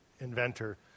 inventor